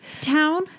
town